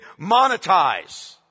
monetize